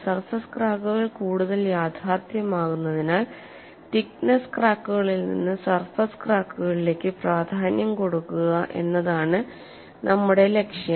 surface ക്രാക്കുകൾ കൂടുതൽ യാഥാർത്ഥ്യമാകുന്നതിനാൽ തിക്നെസ്സ് ക്രാക്കുകളിൽ നിന്ന് സർഫേസ് ക്രാക്കുകളിലേക്ക് പ്രാധാന്യം കൊടുക്കുക എന്നതാണ് നമ്മുടെ ലക്ഷ്യം